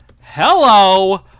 hello